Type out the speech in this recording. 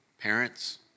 parents